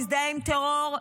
מזדהה עם טרור,